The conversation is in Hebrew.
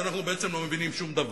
אז אנחנו בעצם לא מבינים שום דבר.